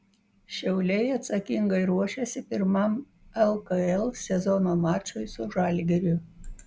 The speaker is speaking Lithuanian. šiauliai atsakingai ruošiasi pirmam lkl sezono mačui su žalgiriu